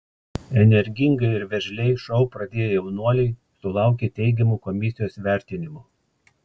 energingai ir veržliai šou pradėję jaunuoliai sulaukė teigiamų komisijos vertinimų